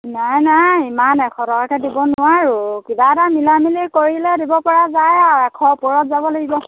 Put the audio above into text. নাই নাই ইমান এশ টকাকৈ দিব নোৱাৰোঁ কিবা এটা মিলামিলি কৰিলে দিব পৰা যায় আৰু এশৰ ওপৰত যাব লাগিব